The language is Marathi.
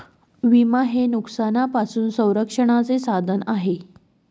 विमा हे नुकसानापासून संरक्षणाचे साधन आहे